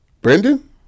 Brendan